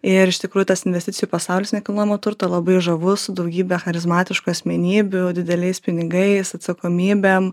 ir iš tikrųjų tas investicijų pasaulis nekilnojamo turto labai žavus su daugybe charizmatiškų asmenybių dideliais pinigais atsakomybėm